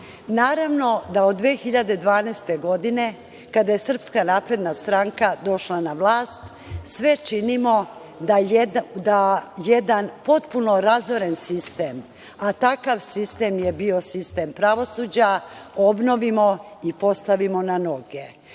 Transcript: naroda. Naravno da od 2012. godine, kada je SNS došla na vlast, sve činimo da jedan potpuno razoren sistem, a takav sistem je bio sistem pravosuđa, obnovimo i postavimo na noge,